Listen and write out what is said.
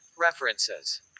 References